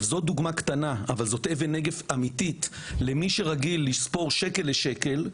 זו דוגמה קטנה אבל זו אבן נגף אמיתית למי שרגיל לספור שקל לשקל,